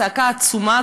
צעקה עצומה,